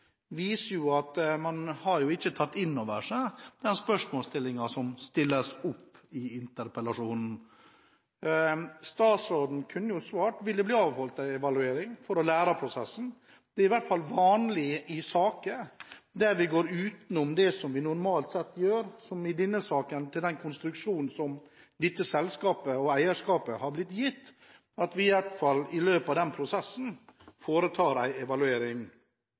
viser at man ikke har tatt innover seg det spørsmålet som stilles i interpellasjonen. Statsråden kunne svart på om det vil bli avholdt en evaluering for å lære av prosessen. Det er vanlig i saker der vi går utenom det vi normalt sett gjør, som i denne saken, til den konstruksjonen som dette selskapet og eierskapet har blitt gitt, at vi i hvert fall i løpet av den prosessen foretar en evaluering.